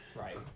Right